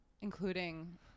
including